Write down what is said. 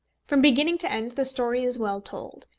from beginning to end the story is well told.